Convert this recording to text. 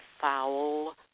foul